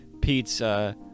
pizza